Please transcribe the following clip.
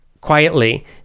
quietly